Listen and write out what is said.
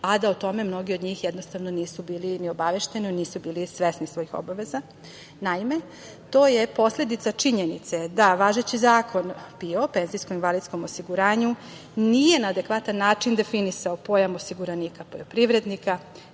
a da o tome mnogi od njih jednostavno nisu bili ni obavešteni, nisu bili svesni svojih obaveza. Naime, to je posledica činjenice da važeći Zakon o PIO nije na adekvatan način definisao pojam osiguranika privrednika,